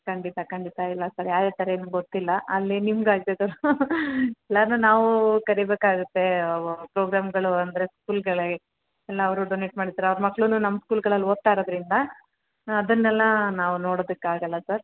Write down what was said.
ಖಂಡಿತ ಖಂಡಿತ ಇಲ್ಲ ಸರ್ ಯಾವುದೇ ಥರ ಏನು ಗೊತ್ತಿಲ್ಲ ಅಲ್ಲಿ ನಿಮ್ಗೆ ಆಗದೇ ಇದ್ದೋರು ಎಲ್ಲರನ್ನೂ ನಾವು ಕರಿಬೇಕಾಗುತ್ತೆ ಪ್ರೋಗ್ರಾಮುಗಳು ಅಂದರೆ ಸ್ಕೂಲುಗಳೇ ಎಲ್ಲ ಅವರು ಡೊನೇಟ್ ಮಾಡ್ತಾರೆ ಅವ್ರ ಮಕ್ಕಳೂ ನಮ್ಮ ಸ್ಕೂಲುಗಳಲ್ಲಿ ಓದ್ತಾಯಿರೋದರಿಂದ ಅದನ್ನೆಲ್ಲಾ ನಾವು ನೋಡೊದಕ್ಕೆ ಆಗೋಲ್ಲ ಸರ್